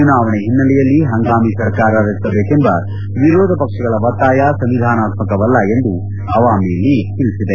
ಚುನಾವಣೆ ಹಿನ್ನೆಲೆಯಲ್ಲಿ ಹಂಗಾಮಿ ಸರ್ಕಾರ ರಚಿಸಬೇಕೆಂಬ ವಿರೋಧ ಪಕ್ಷಗಳ ಒತ್ತಾಯ ಸಂವಿಧಾನಾತ್ಮಕವಲ್ಲ ಎಂದು ಅವಾಮಿ ಲೀಗ್ ತಿಳಿಸಿದೆ